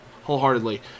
wholeheartedly